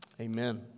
Amen